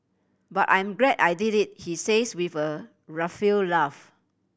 but I'm glad I did it he says with a rueful laugh